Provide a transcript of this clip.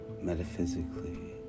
metaphysically